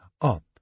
up